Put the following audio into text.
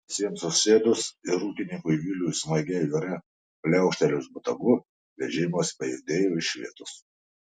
visiems susėdus ir ūkininkui viliui smagiai ore pliaukštelėjus botagu vežimas pajudėjo iš vietos